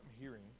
hearing